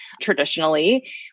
traditionally